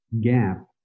gap